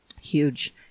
Huge